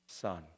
son